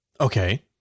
Okay